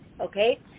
okay